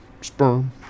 sperm